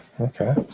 okay